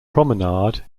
promenade